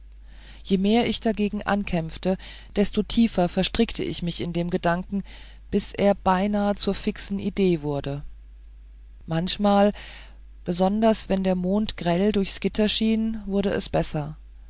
je mehr ich dagegen ankämpfte desto tiefer verstrickte ich mich in dem gedanken bis er beinahe zur fixen idee wurde manchmal besonders wenn der mond grell durchs gitter schien wurde es besser